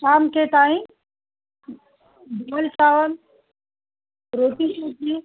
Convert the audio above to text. शाम के टाइम धुवल चावल रोटी सब्जी